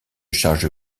charge